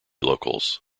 locals